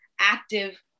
active